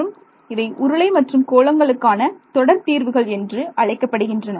மற்றும் இவை உருளை மற்றும் கோளங்ககளுக்கான தொடர் தீர்வுகள் என்று அழைக்கப்படுகின்றன